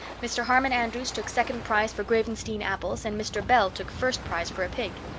mr. harmon andrews took second prize for gravenstein apples and mr. bell took first prize for a pig.